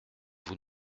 vous